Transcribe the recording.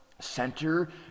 Center